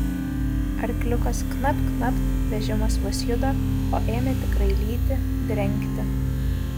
arkliukas knapt knapt vežimas vos juda o ėmė tikrai lyti drengti